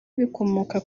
bikomoka